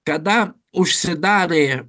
kada užsidarė